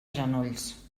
genolls